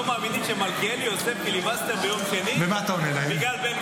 מאמינים שמלכיאלי עושה פיליבסטר ביום שני בגלל בן גביר.